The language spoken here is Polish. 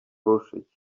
ruszyć